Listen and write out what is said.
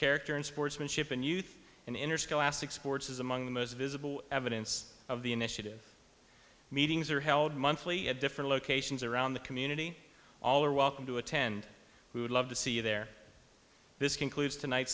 character and sportsmanship in youth and interscholastic sports is among the most visible evidence of the initiative meetings are held monthly at different locations around the community all are welcome to attend we would love to see you there this concludes tonight